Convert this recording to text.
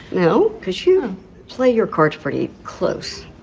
know because you play your cards pretty close.